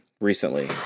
recently